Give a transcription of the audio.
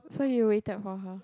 so you waited for her